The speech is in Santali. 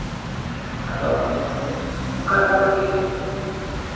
ᱟᱫᱚ ᱚᱱᱠᱟ ᱠᱟᱛᱮᱫ ᱜᱮ